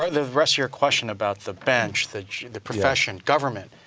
but the rest of your question about the bench, the the profession, government,